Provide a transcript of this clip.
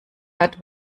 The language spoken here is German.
hat